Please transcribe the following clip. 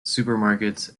supermarkets